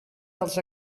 dels